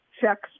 checks